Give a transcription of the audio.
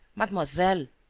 mademoiselle?